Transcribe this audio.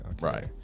right